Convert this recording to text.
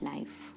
Life